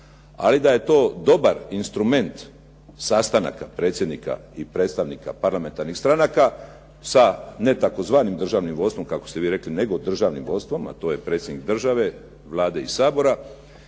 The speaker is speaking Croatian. Ali da je to dobar instrument sastanaka predsjednika i predstavnika parlamentarnih stranaka sa ne tzv. državnim vodstvom, kako ste vi rekli, nego državnim vodstvom, a to je predsjednik države, Vlade i Sabora.